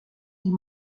dit